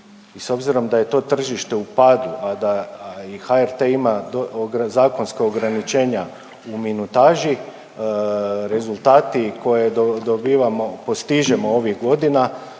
i s obzirom da je to tržište u padu, a da HRT ima zakonska ograničenja u minutaži rezultati koje dobivamo, postižemo ovih godina